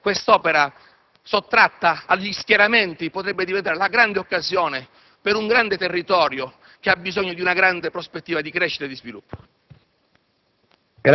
Forse quest'opera, sottratta agli schieramenti, potrebbe diventare la grande occasione per un territorio che ha bisogno di una grande prospettiva di crescita e di sviluppo.